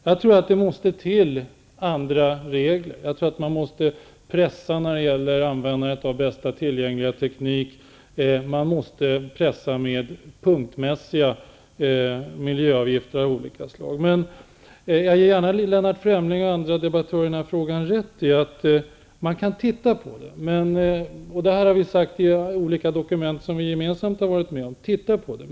Jag tror att det måste till andra regler. Jag tror att man måste ha en press när det gäller användandet av bästa tillgängliga teknik. Man måste pressa med punktmässiga miljöavgifter av olika slag. Men jag ger gärna Lennart Fremling och andra debattörer i den här frågan rätt i att man kan titta på det. Vi har ju gemensamt i olika dokument som vi varit med på, sagt att man kan titta på det.